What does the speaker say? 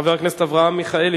חבר הכנסת אברהם מיכאלי,